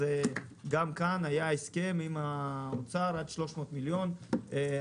אז גם כאן היה הסכם עם משרד האוצר עד 300 מיליון שקלים.